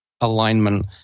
Alignment